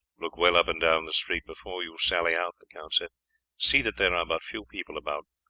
look well up and down the street before you sally out, the count said see that there are but few people about.